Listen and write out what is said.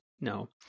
no